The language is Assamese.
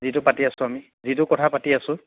যিটো পাতি আছিলোঁ আমি যিটো কথা পাতি আছোঁ